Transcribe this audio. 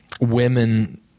Women